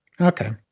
Okay